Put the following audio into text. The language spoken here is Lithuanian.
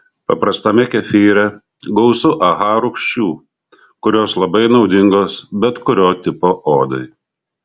paprastame kefyre gausu aha rūgščių kurios labai naudingos bet kurio tipo odai